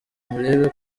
murebe